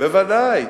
בוודאי.